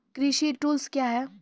कृषि टुल्स क्या हैं?